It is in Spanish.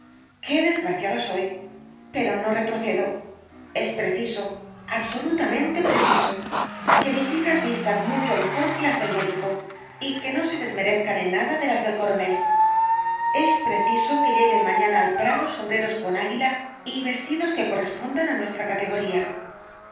qué desgraciada soy pero no retrocedo es preciso absolutamente preciso que mis hijas vistan l rosalía de castro mucho mejor que las del médico y que no desmerezcan en nada de las del coronel es preciso que lleven mañana al prado sombreros con águila y vestidos que correspondan á nuestra categoría